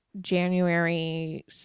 January